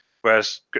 whereas